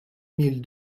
mille